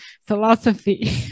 philosophy